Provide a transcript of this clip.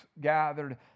gathered